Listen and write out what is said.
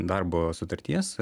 darbo sutarties